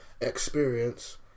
experience